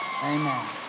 Amen